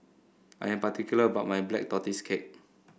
I am particular about my Black Tortoise Cake